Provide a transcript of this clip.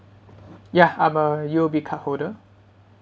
ya I'm a U_O_B cardholder